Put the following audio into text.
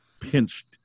pinched